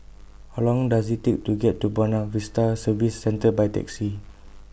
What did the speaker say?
How Long Does IT Take to get to Buona Vista Service Centre By Taxi